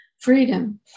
freedom